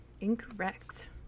Incorrect